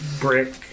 Brick